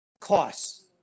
costs